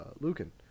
Lucan